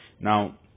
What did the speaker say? now